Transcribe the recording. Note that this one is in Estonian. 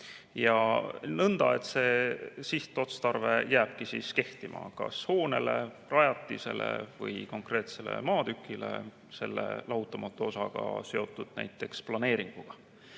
ja nõnda, et see sihtotstarve jääb kehtima kas hoonele, rajatisele või konkreetsele maatükile selle lahutamatu [osana] seotud planeeringuga.